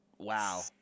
wow